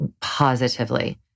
positively